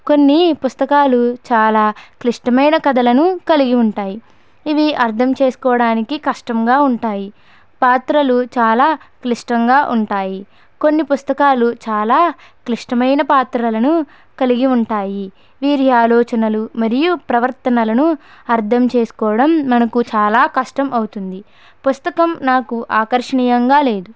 కొన్ని పుస్తకాలు చాలా క్లిష్టమైన కథలను కలిగి ఉంటాయి ఇవి అర్థం చేసుకోడానికి కష్టంగా ఉంటాయి పాత్రలు చాలా క్లిష్టంగా ఉంటాయి కొన్ని పుస్తకాలు చాలా క్లిష్టమైన పాత్రలను కలిగి ఉంటాయి వీరి ఆలోచనలు మరియు ప్రవర్తనలను అర్థం చేసుకోవడం మనకు చాలా కష్టం అవుతుంది పుస్తకం నాకు ఆకర్షణీయంగా లేదు